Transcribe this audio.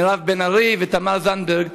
מירב בן ארי ותמר זנדברג,